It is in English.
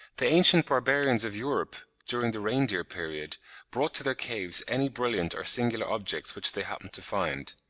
the ancient barbarians of europe during the reindeer period brought to their caves any brilliant or singular objects which they happened to find.